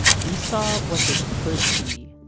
he saw what they could be,